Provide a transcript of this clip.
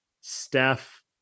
Steph